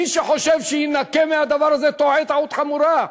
מי שחושב שהוא יינקה מהדבר הזה, טועה טעות חמורה,